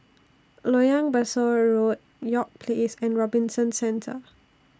Loyang Besar Road York Place and Robinson Centre